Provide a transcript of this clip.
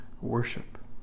worship